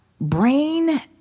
brain